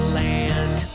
land